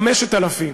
5,000,